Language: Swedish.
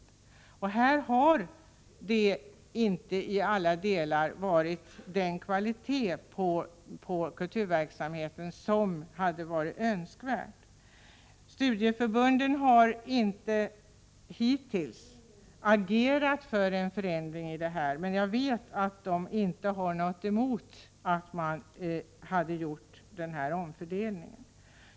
Kulturverksamheten har inte till alla delar haft den kvalitet som hade varit önskvärd. Studieförbunden har hittills inte agerat för en förändring, men jag vet att de inte har någonting emot att en sådan omfördelning görs.